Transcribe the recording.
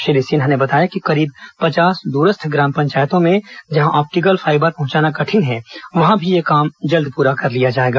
श्री सिन्हा ने बताया कि करीब पचास दुरस्थ ग्राम पंचायतों में जहां ऑप्टिकल फाइबर पहंचाना कठिन है वहां भी यह काम जल्द पूरा कर लिया जाएगा